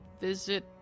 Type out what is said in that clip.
visit